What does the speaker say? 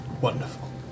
wonderful